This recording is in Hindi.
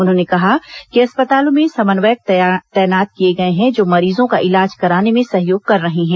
उन्होंने कहा कि अस्पतालों में समन्वयक तैनात किए गए हैं जो मरीजों का इलाज कराने में सहयोग कर रहे हैं